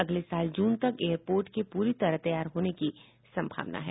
अगले साल जून तक एयरपोर्ट के पूरी तरह तैयार होने की सम्भावना है